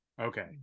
Okay